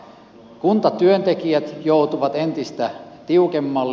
kuntatyöntekijät joutuvat entistä tiukemmalle